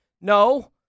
No